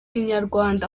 inyarwanda